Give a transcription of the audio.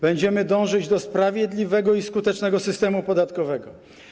Będziemy dążyć do sprawiedliwego i skutecznego systemu podatkowego.